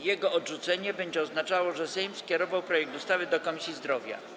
Jego odrzucenie będzie oznaczało, że Sejm skierował projekt ustawy do Komisji Zdrowia.